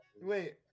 wait